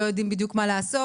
לא יודעים בדיוק מה לעשות.